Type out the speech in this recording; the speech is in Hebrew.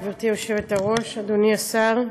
גברתי היושבת-ראש, אדוני השר,